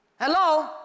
Hello